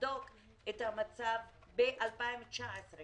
ותבדוק את המצב ב-2019.